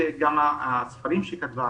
וגם הספרים שהיא כתבה,